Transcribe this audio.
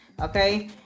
Okay